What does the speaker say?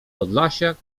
podlasiak